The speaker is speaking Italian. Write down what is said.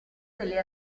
delle